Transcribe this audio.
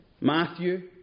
Matthew